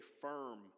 firm